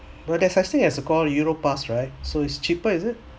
but there's such thing as a call europass right so it's cheaper is it